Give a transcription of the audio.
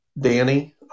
Danny